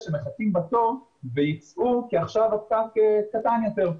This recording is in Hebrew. שמחכים בתור וייצאו כי עכשיו הפקק קטן יותר.